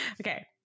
okay